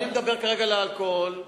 אתה מדבר על אלכוהול.